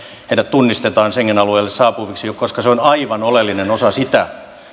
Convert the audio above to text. tunnistetaan schengen alueelle saapuviksi koska se on aivan oleellinen osa sitä